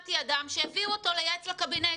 שמעתי אדם שהביאו אותו לייעץ לקבינט.